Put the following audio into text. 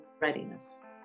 readiness